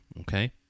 okay